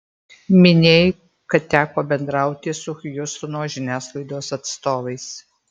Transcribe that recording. minėjai kad teko bendrauti su hjustono žiniasklaidos atstovais